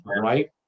right